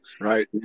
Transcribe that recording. Right